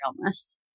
illness